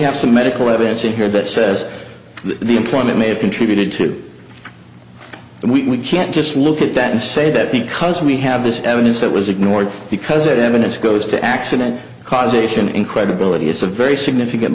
have some medical evidence in here that says the employment may have contributed to and we can't just look at that and say that because we have this evidence that was ignored because it evidence goes to accident causation incredibility is a very significant